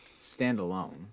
Standalone